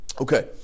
okay